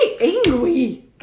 angry